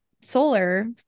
Solar